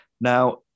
Now